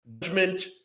judgment